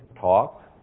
talk